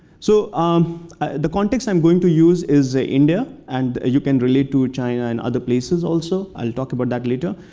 so um the context i'm going to use is ah india. and you can relate relate to china and other places, also. i'll talk about that later.